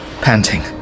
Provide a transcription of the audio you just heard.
panting